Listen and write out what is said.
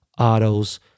autos